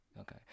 okay